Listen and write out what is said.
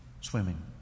swimming